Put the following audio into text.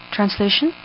Translation